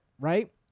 right